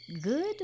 good